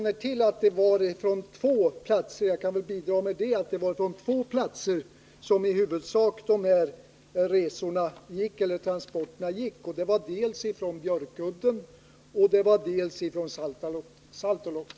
Det var huvudsakligen från två platser som de där transporterna gick, nämligen från Björkudden och från Saltoluokta.